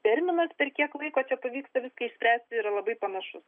terminas per kiek laiko čia pavyksta viską išspręsti yra labai panašus